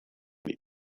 dit